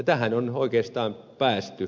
tähän on oikeastaan päästy